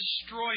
destroy